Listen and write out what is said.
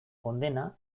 kondena